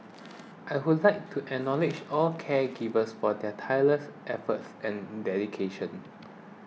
I would like to acknowledge all caregivers for their tireless efforts and dedication